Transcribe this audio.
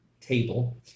table